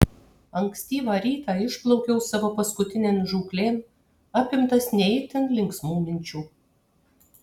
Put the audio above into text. ankstyvą rytą išplaukiau savo paskutinėn žūklėn apimtas ne itin linksmų minčių